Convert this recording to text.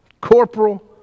Corporal